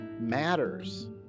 matters